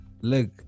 look